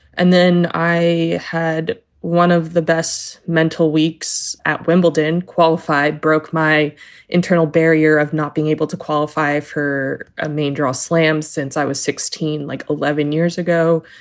and then i had one of the best mental weeks at wimbledon qualify. broke my internal barrier of not being able to qualify for a main draw slam since i was sixteen like eleven years ago.